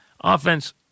Offense